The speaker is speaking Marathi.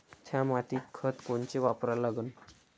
थ्या मातीत खतं कोनचे वापरा लागन?